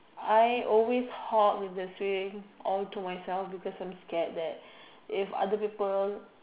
I always hog the swing all to myself because I'm scared that if other people